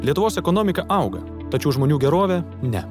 lietuvos ekonomika auga tačiau žmonių gerovė ne